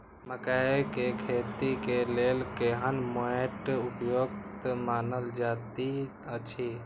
मकैय के खेती के लेल केहन मैट उपयुक्त मानल जाति अछि?